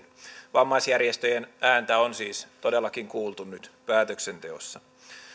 vammaisjärjestöjen ääntä on siis todellakin kuultu nyt päätöksenteossa